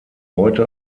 heute